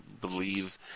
believe